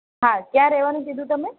હા કયાં રહેવાનું કીધું તમે